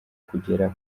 kugera